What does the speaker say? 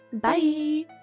bye